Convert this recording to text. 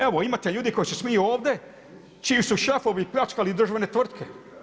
Evo imate ljudi koji se smiju ovdje, čiji su šefovi pljačkali državne tvrtke.